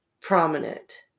prominent